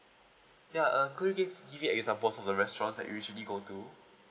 ya uh could you give give me examples of the restaurants that you usually go to